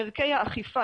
ערכי האכיפה,